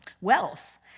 wealth